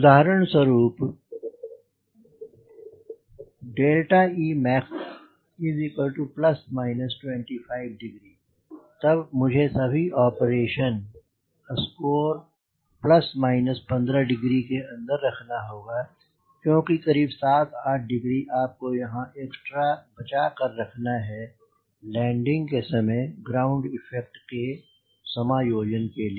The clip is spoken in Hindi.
उदाहरण स्वरुप emax25 तब मुझे सभी ऑपरेशन स्कोर 15 के अंदर रखना होगा क्योंकि करीब 7 8 डिग्री आपको यहां एक्स्ट्रा बचा कर रखना है लैंडिंग के समय ग्राउंड इफेक्ट के समायोजन के लिए